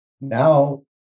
now